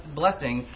blessing